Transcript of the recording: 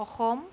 Assam